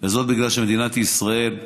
וזה כי מדינת ישראל,